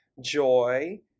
joy